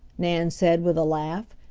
nan said with a laugh.